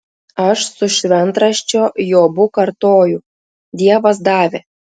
aš su šventraščio jobu kartoju dievas davė